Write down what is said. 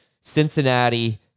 Cincinnati